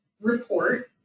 report